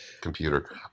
computer